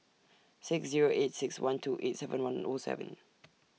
six Zero eight six one two eight seven one O seven